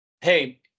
Hey